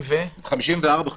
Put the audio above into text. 54,000,